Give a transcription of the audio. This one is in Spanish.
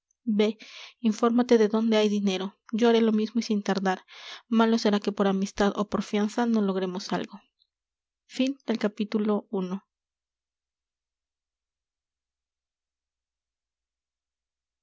vé infórmate de dónde hay dinero yo haré lo mismo y sin tardar malo será que por amistad ó por fianza no logremos algo